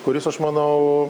kuris aš manau